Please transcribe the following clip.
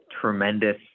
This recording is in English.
tremendous